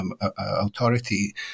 authority